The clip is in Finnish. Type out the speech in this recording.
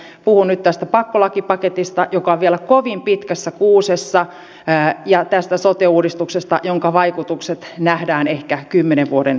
puhun nyt tästä pakkolakipaketista joka on vielä kovin pitkässä kuusessa ja tästä sote uudistuksesta jonka vaikutukset nähdään ehkä kymmenen vuoden kuluttua